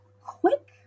quick